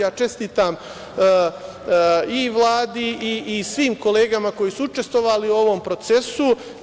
Ja čestitam i Vladi i svim kolegama koji su učestvovali u ovom procesu.